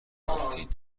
گفتین